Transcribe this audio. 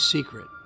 Secret